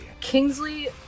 Kingsley